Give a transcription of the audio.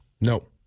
No